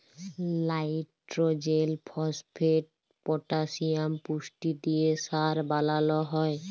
লাইট্রজেল, phosphate, potassium পুষ্টি দিঁয়ে সার বালাল হ্যয়